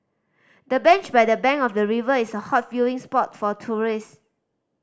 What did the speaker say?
the bench by the bank of the river is a hot viewing spot for tourist